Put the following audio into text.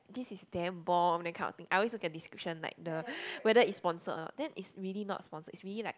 this is damn bomb that kind of thing I always look at description like the whether it's sponsored or not then it's really not sponsored it's really like